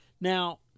Now